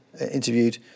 interviewed